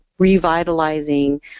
revitalizing